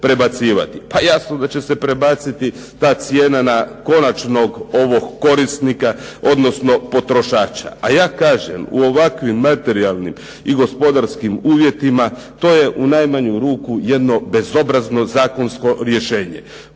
Pa jasno da će se prebaciti ta cijena na konačnog korisnika, odnosno potrošača. A ja kažem u ovakvim materijalnim i gospodarskim uvjetima to je u najmanju ruku jedno bezobrazno zakonsko rješenje.